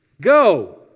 Go